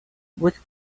with